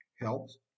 helps